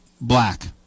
black